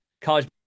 college